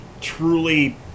truly